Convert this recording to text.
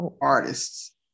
artists